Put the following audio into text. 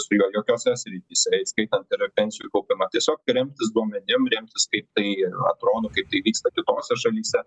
su jo jokiose srityse įskaitant ir pensijų kaupimą tiesiog remtis duomenim remtis kaip tai atrodo kaip tai vyksta kitose šalyse